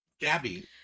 gabby